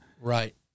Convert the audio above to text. Right